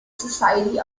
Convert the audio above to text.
society